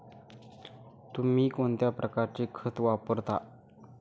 तुम्ही कोणत्या प्रकारचे खत वापरता?